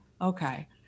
Okay